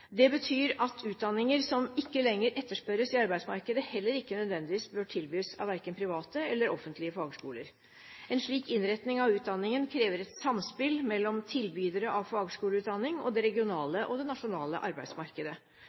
Det betyr at utdanninger som ikke lenger etterspørres i arbeidsmarkedet, heller ikke nødvendigvis bør tilbys av verken private eller offentlige fagskoler. En slik innretning av utdanningen krever et samspill mellom tilbydere av fagskoleutdanning og det regionale og det nasjonale arbeidsmarkedet.